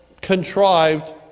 contrived